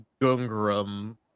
Gungram